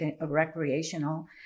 recreational